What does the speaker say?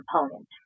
component